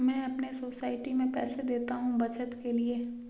मैं अपने सोसाइटी में पैसे देता हूं बचत के लिए